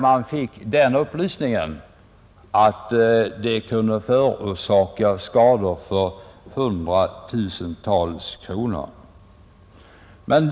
Man fick upplysningen att detta kunde förorsaka skador för hundratusentals kronor.